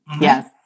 Yes